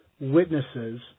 witnesses